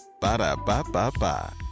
Ba-da-ba-ba-ba